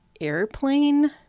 airplane